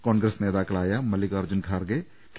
കോൺഗ്രസ് നേതാ ക്കളായ മല്ലികാർജ്ജുൻ ഖാർഗെ കെ